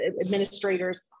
administrators